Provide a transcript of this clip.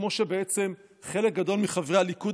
כמו שבעצם חלק גדול מחברי הליכוד